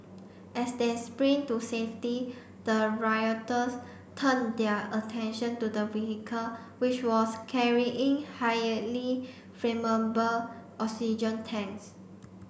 as they sprint to safety the rioters turned their attention to the vehicle which was carrying flammable oxygen tanks